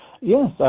Yes